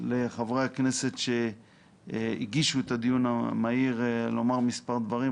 לחברי הכנסת שהגישו את הבקשה לדיון מהיר לומר מספר דברים.